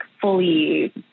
fully